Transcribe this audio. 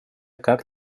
как